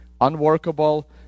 unworkable